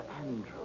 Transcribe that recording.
Andrew